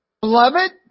Beloved